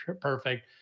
perfect